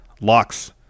Locks